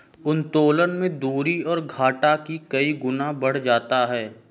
उत्तोलन में दूसरी ओर, घाटा भी कई गुना बढ़ जाता है